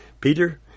Peter